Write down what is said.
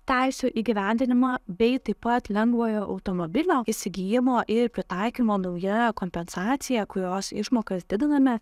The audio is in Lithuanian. teisių įgyvendinimą bei taip pat lengvojo automobilio įsigijimo ir pritaikymo nauja kompensacija kurios išmokas didiname